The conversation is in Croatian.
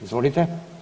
Izvolite.